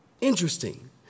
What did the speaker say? Interesting